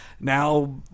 Now